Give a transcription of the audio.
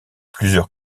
plusieurs